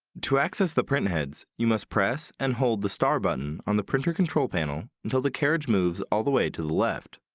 to access the printheads you must press and hold the star button on the printer control panel until the carriage moves all the way to the left.